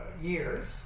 years